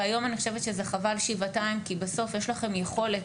היום אני חושבת שזה חבל שבעתיים כי בסוף יש לכם יכולת